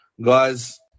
Guys